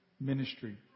ministry